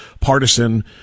partisan